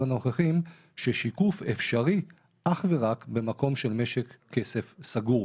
הנוכחים ששיקוף אפשרי אך ורק במקום של משק כסף סגור.